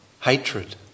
hatred